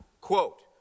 quote